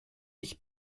ich